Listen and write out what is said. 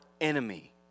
enemy